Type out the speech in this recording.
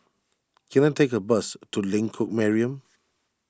can I take a bus to Lengkok Mariam